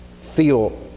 feel